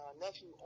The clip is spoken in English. nephew